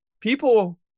people